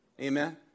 Amen